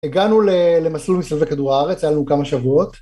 הגענו למסלול מסביב כדור הארץ, היה לנו כמה שבועות.